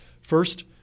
first